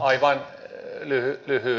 aivan lyhyesti